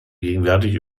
gegenwärtig